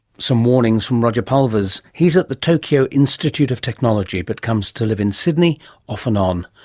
some warnings from roger pulvers. he's at the tokyo institute of technology, but comes to live in sydney off and on.